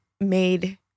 made